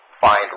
find